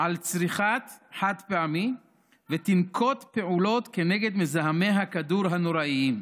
על צריכת חד-פעמי ותנקוט פעולות כנגד מזהמי הכדור הנוראיים.